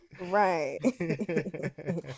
right